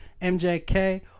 MJK